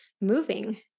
moving